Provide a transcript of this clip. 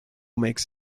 makes